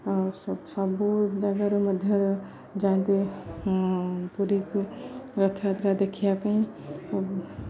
ଆଉ ସବୁ ଜାଗାରୁ ମଧ୍ୟ ଯାଆନ୍ତି ପୁରୀକୁ ରଥଯାତ୍ରା ଦେଖିବା ପାଇଁ